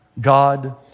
God